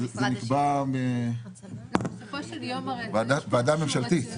זה נקבע בוועדה ממשלתית.